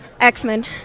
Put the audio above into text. X-Men